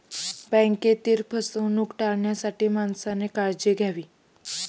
बँकेतील फसवणूक टाळण्यासाठी माणसाने काळजी घ्यावी